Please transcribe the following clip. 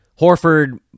Horford